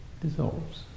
dissolves